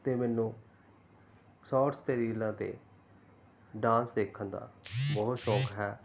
ਅਤੇ ਮੈਨੂੰ ਸ਼ੋਰਟਸ ਅਤੇ ਰੀਲਾਂ 'ਤੇ ਡਾਂਸ ਦੇਖਣ ਦਾ ਬਹੁਤ ਸ਼ੌਕ ਹੈ